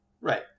Right